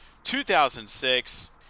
2006